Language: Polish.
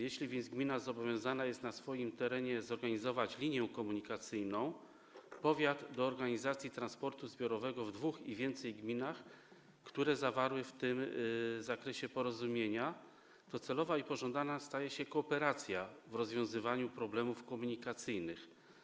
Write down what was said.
Jeśli więc gmina zobowiązana jest na swoim terenie zorganizować linię komunikacyjną, powiat jest zobowiązany do organizacji transportu zbiorowego w dwóch i więcej gminach, które zawarły w tym zakresie porozumienia, to celowa i pożądana staje się kooperacja w rozwiązywaniu problemów komunikacyjnych.